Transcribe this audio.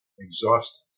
exhausted